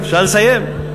אפשר לסיים?